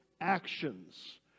actions